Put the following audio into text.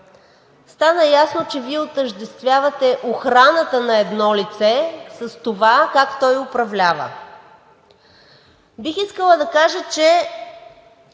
стана ясно, че Вие отъждествявате охраната на едно лице с това как той управлява. Бих искала да кажа, че